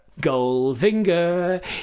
Goldfinger